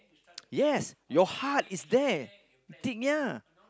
yes your heart is there thick ya